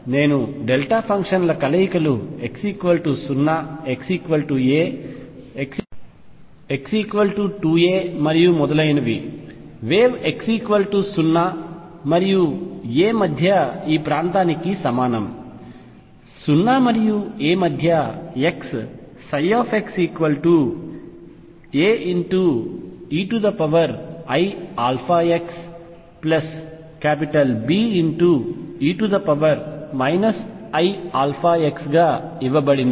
నేను డెల్టా ఫంక్షన్ల కలయికలు x 0 x a x 2 a మరియు మొదలైనవి వేవ్ x o మరియు a మధ్య ఈ ప్రాంతానికి సమానం 0 మరియు a మధ్య x xAeiαxBe iαx గా ఇవ్వబడింది